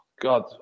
God